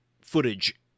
footage